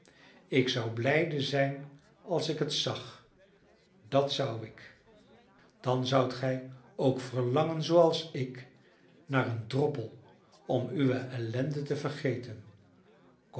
ik zou blijde zijn als ik het zag dat zou ik dan zoudt gij ook verlangen zooals ik naar een droppel om uwe ellende te vergeten